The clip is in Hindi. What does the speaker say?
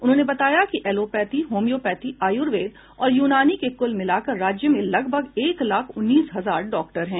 उन्होंने बताया कि एलोपैथी होमियोपैथी आयुर्वेद और यूनानी के कुल मिलाकर राज्य में लगभग एक लाख उन्नीस हजार डॉक्टर हैं